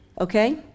okay